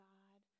God